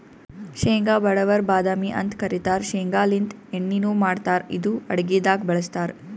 ಶೇಂಗಾ ಬಡವರ್ ಬಾದಾಮಿ ಅಂತ್ ಕರಿತಾರ್ ಶೇಂಗಾಲಿಂತ್ ಎಣ್ಣಿನು ಮಾಡ್ತಾರ್ ಇದು ಅಡಗಿದಾಗ್ ಬಳಸ್ತಾರ್